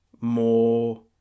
more